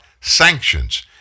sanctions